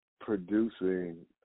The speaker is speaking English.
producing